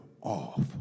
off